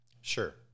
Sure